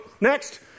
next